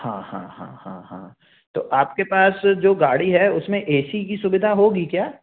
हाँ हाँ हाँ हाँ तो आपके पास जो गाड़ी है उसमें ए सी की सुविधा होगी क्या